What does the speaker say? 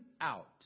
out